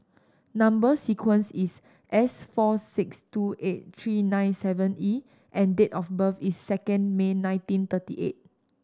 number sequence is S four six two eight three nine seven E and date of birth is second May nineteen thirty eight